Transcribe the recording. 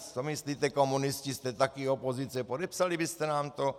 Co myslíte, komunisti, jste také opozice, podepsali byste nám to?